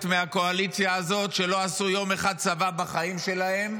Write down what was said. מהקואליציה הזאת שלא עשו יום אחד צבא בחיים שלהם,